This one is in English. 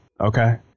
Okay